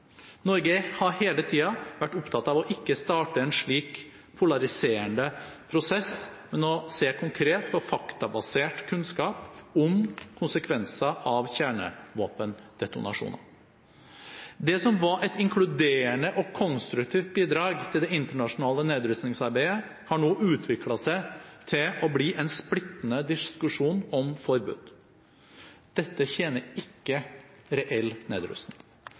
Norge har hele tiden vært opptatt av ikke å starte en slik polariserende prosess, men å se konkret på faktabasert kunnskap om konsekvensene av kjernevåpendetonasjoner. Det som var et inkluderende og konstruktivt bidrag til det internasjonale nedrustningsarbeidet, har nå utviklet seg til å bli en splittende diskusjon om forbud. Dette tjener ikke reell nedrustning.